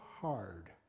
hard